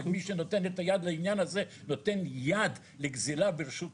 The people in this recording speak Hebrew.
ומי שנותן את היד לעניין הזה נותן יד לגזילה ברשות התורה.